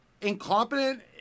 incompetent